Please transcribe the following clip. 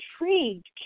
intrigued